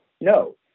No